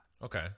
Okay